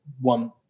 one